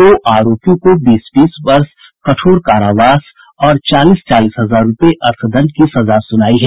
दो आरोपियों को बीस बीस वर्ष कठोर कारावास और चालीस चालीस हजार रूपये अर्थदंड की सजा सुनायी है